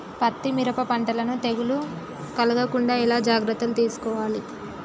పత్తి మిరప పంటలను తెగులు కలగకుండా ఎలా జాగ్రత్తలు తీసుకోవాలి?